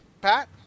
Pat